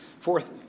Fourth